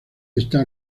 está